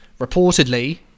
reportedly